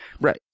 Right